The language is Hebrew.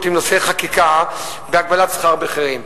עם נושא חקיקה להגבלת שכר בכירים,